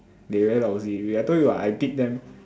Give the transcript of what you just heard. they very lousy eh wait I told you what I beat them